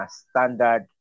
standard